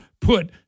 put